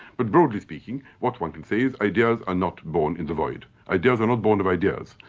but broadly speaking, what one can say is ideas are not born in the void. ideas are not born of ideas,